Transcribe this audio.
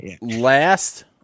last –